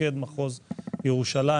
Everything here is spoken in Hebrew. מפקד מחוז ירושלים